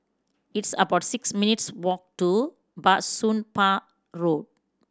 it's about six minutes' walk to Bah Soon Pah Road